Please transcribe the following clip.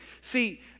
see